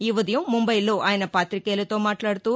ఈ ఉదయం ముంబయిలో ఆయన పాతికేయులతో మాట్లాడుతూ